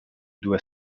due